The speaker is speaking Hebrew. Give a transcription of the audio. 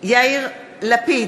יאיר לפיד,